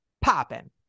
Popping